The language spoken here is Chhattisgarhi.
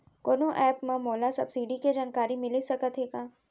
कोनो एप मा मोला सब्सिडी के जानकारी मिलिस सकत हे का?